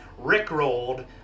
rickrolled